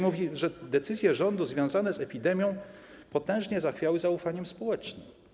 Mówi też, że decyzje rządu związane z epidemią potężnie zachwiały zaufaniem społecznym.